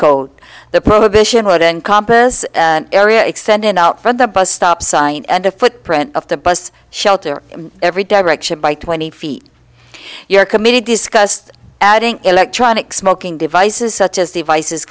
coat the prohibition would encompass area extending out from the bus stop sign and a footprint of the bus shelter in every direction by twenty feet you're committed discussed adding electronic smoking devices such as devices